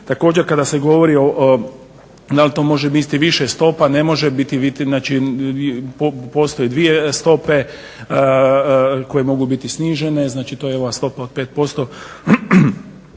Također, kada se govori da li to može biti više stopa? Ne može biti više. Znači, postoje dvije stope koje mogu biti snižene. Znači to je ova stopa od 5%